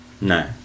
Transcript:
No